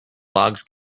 logs